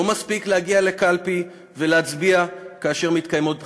לא מספיק להגיע לקלפי ולהצביע כאשר מתקיימות בחירות,